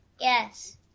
yes